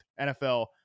NFL